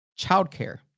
childcare